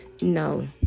No